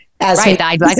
Right